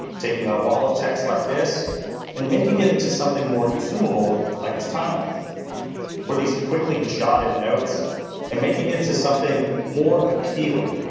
taking a wall of texts like this and making it into something more consumable, like this timeline where these quickly jotted notes and making it to something more appealing.